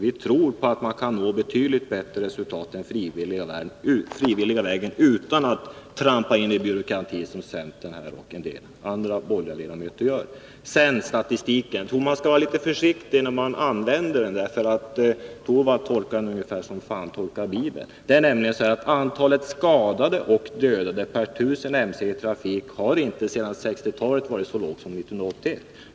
Vi tror att man kan nå betydligt bättre resultat den frivilliga vägen, utan att trampa in i byråkratin, som centerpartisterna och en del andra borgerliga ledamöter gör. När det gäller statistiken tror jag att man skall vara litet försiktig när man använder den. Rune Torwald tolkar den ungefär som fan tolkar Bibeln. Det är nämligen så att antalet skadade och dödade per 1 000 mc i trafik har inte sedan 1960-talet varit så lågt som år 1981.